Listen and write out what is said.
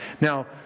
Now